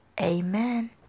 Amen